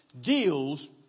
deals